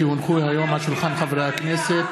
כי הונחו היום על שולחן חברי הכנסת,